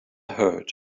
heard